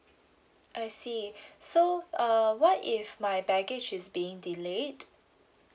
I see so err what if my package is being delayed